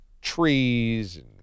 trees